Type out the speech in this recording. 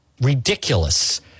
Ridiculous